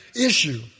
issue